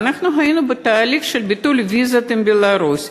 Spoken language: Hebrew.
והיינו בתהליך של ביטול ויזה עם בלרוס.